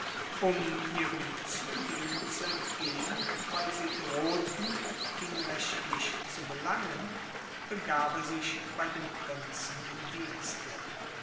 um ihrem zudringen zu entgehen weil sie drohten ihn rechtlich zu belangen begab er sich bei dem prinzen in dienste